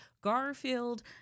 Garfield